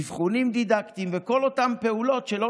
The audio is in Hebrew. אבחונים דידקטיים וכל אותן פעולות שלא